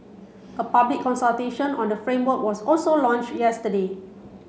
a public consultation on the framework was also launched yesterday